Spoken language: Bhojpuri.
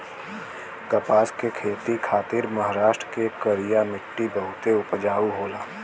कपास के खेती खातिर महाराष्ट्र के करिया मट्टी बहुते उपजाऊ होला